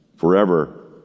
forever